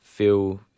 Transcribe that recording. feel